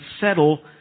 settle